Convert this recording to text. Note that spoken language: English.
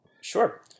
sure